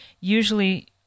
usually